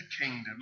kingdom